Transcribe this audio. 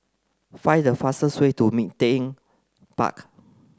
find the fastest way to Ming Teck Park